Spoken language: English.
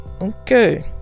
okay